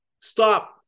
Stop